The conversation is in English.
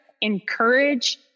encourage